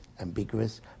ambiguous